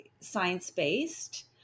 science-based